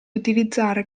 utilizzare